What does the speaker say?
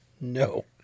No